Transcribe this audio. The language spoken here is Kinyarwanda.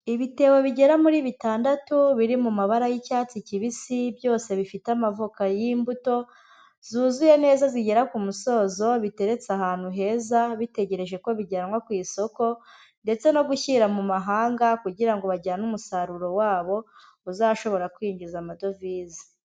Ibitebo bigera muri bitandatu biri mu mabara y'icyatsi kibisi, byose bifite amavoka y'imbuto, zuzuye neza zigera ku musozo, biteretse ahantu heza bitegereje ko bijyanwa ku isoko ndetse no gushyira mu mahanga, kugira ngo bajyane umusaruro wabo uzashobora kwinjiza amadovize.